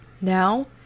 Now